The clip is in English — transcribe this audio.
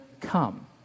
come